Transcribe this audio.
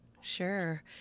Sure